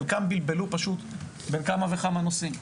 חלקם בלבלו בין כמה נושאים,